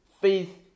faith